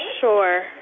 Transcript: Sure